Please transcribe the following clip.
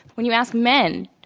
when you ask men,